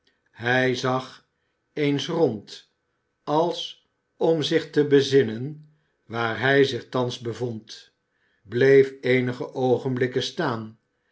hij zag eens rond als om zich te bezinnen waar hij zich thans bevond bleef eenige oogenblikken staan